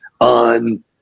on